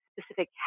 specific